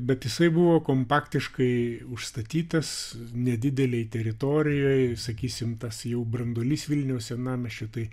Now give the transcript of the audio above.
bet jisai buvo kompaktiškai užstatytas nedidelėj teritorijoj sakysim tas jau branduolys vilniaus senamiesčio tai